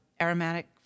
aromatic